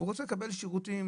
והוא רוצה לקבל שירותים.